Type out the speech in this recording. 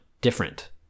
different